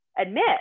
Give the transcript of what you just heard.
admit